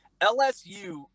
LSU